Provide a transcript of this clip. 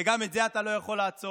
וגם את זה אתה לא יכול לעצור,